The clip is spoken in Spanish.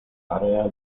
área